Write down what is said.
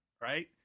right